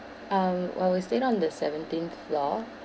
um well we stayed on the seventeenth floor